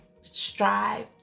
strive